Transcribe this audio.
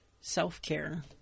self-care